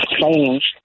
change